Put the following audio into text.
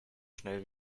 schnell